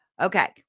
Okay